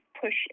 push